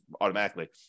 automatically